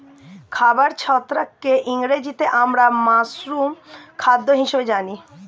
খাবার ছত্রাককে ইংরেজিতে আমরা মাশরুম খাদ্য হিসেবে জানি